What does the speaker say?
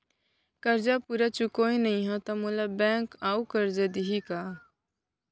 करजा पूरा चुकोय नई हव त मोला बैंक अऊ करजा दिही का?